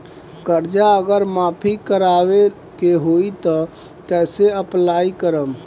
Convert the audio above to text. कर्जा अगर माफी करवावे के होई तब कैसे अप्लाई करम?